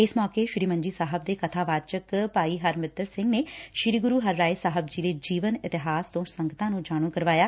ਇਸ ਮੌਕੇ ਸੀ ਮੰਜੀ ਸਾਹਿਬ ਦੇ ਕਬਾਵਾਚਕ ਭਾਈ ਹਰਿਮੱਤਰ ਸਿਘ ਨੇ ਸ੍ਰੀ ਗੁਰੁ ਹਰਿਰਾਇ ਸਾਹਿਬ ਜੀ ਦੇ ਜੀਵਨ ਇਤਿਹਾਸ ਤੋਂ ਸੰਗਤਾ ਨੂੰ ਜਾਣੂ ਕਰਵਾਇਆ